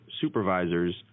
supervisors